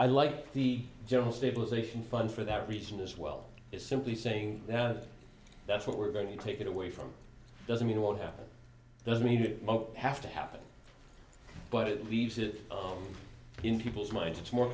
i like the general stabilization fund for that reason as well is simply saying that that's what we're going to take it away from doesn't mean won't happen doesn't need to have to happen but it leaves it in people's minds